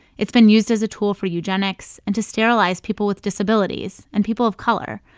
it's been used as a tool for eugenics and to sterilize people with disabilities and people of color,